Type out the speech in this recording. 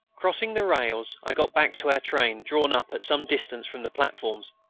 crossing the rails, i got back to our train, drawn up at some distance from the platforms.